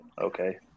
okay